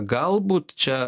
galbūt čia